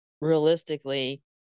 realistically